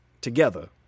together